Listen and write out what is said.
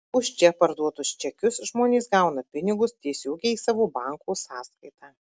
už čia parduotus čekius žmonės gauna pinigus tiesiogiai į savo banko sąskaitą